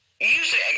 usually